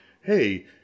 hey